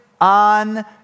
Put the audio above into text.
on